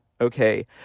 okay